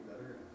better